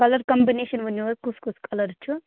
مگر کَمبِنیشَن ؤنِو حظ کُس کُس کَلَر چھُ